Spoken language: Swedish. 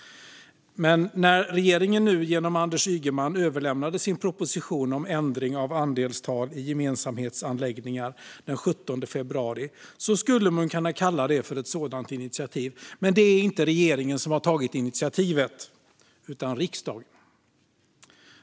När regeringen nu genom Anders Ygeman överlämnade sin proposition om ändring av andelstal i gemensamhetsanläggningar den 17 februari skulle man kunna kalla det för ett sådant initiativ, men det är inte regeringen som tagit initiativet utan riksdagen.